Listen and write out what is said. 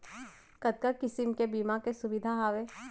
कतका किसिम के बीमा के सुविधा हावे?